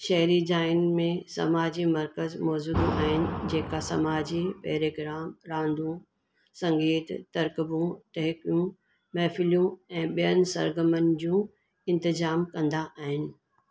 शहरी जायुनि में समाजी मर्कज़ मौजूदु आहिनि जेका समाजी पैरेग्राम रांदूं संगीतु तरकबूं टहिकूं महफ़िलूं ऐं ॿियुनि सरगमियुनि जो इंतिजामु कंदा आहिनि